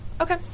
Okay